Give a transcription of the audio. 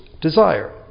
desire